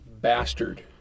bastard